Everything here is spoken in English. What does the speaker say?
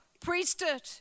priesthood